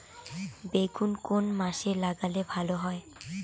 বেগুন কোন মাসে লাগালে ভালো হয়?